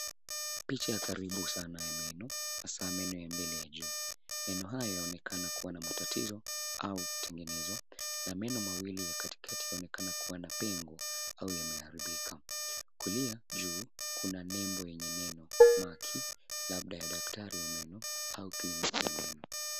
Picha ya karibu sana ya meno hasa meno ya mbele ya juu. Meno haya yaonekana kuwa na matatizo au kutengenezwa na meno mawili ya katikati yaonekana kuwa na pengo au yameharibika. Kulia juu kuna nembo yenye neno Maki labda ya daktari wa meno au kliniki ya meno.